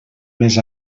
més